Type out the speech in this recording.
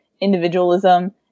individualism